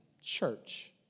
church